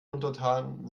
untertan